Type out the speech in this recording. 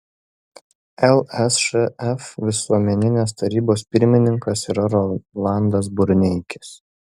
lsšf visuomeninės tarybos pirmininkas yra rolandas burneikis